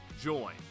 join